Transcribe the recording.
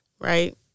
right